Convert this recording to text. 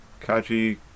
Kaji